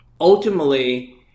ultimately